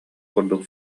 курдук